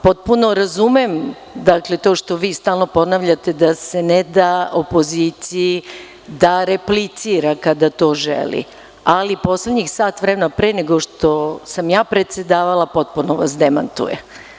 Potpuno razumem to što vi stalno ponavljate da se ne da opoziciji da replicira kada to želi, ali poslednjih sat vremena, pre nego što sam ja predsedavala, potpuno se demantuje.